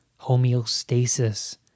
homeostasis